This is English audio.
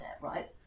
right